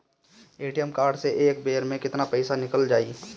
ATM card से एक बेर मे केतना पईसा निकल जाई?